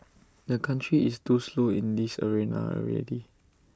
the country is too slow in this arena already